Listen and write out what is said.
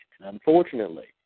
Unfortunately